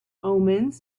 omens